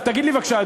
תגיד לי בבקשה,